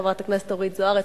חברת הכנסת אורית זוארץ,